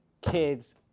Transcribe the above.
kids